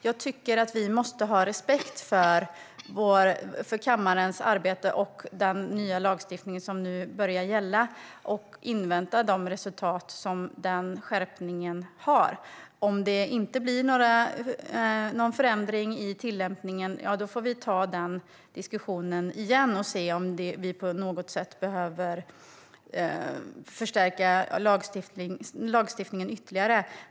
Jag tycker att vi måste ha respekt för kammarens arbete och den nya lagstiftning som nu börjar gälla och invänta de resultat som skärpningen får. Om det inte blir någon förändring i tillämpningen får vi ta den diskussionen igen och se om vi behöver stärka lagstiftningen ytterligare.